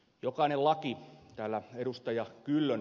jokainen laki täällä ed